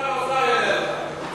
שר האוצר יענה לך.